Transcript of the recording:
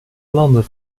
landen